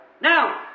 Now